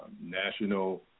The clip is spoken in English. National